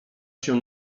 się